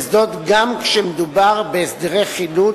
גם כשמדובר בהסדרי חילוט